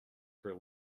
for